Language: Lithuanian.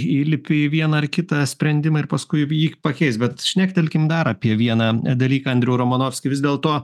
įlipi į vieną ar kitą sprendimą ir paskui jį pakeist bet šnektelkim dar apie vieną dalyką andriau romanovski vis dėlto